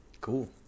Cool